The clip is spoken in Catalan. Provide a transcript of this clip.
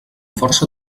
força